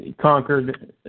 conquered